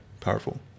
Powerful